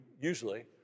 usually